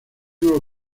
nuevo